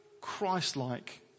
Christ-like